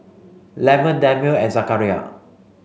Leman Daniel and Zakaria